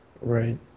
Right